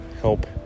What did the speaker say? help